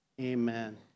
Amen